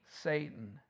Satan